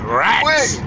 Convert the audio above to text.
rats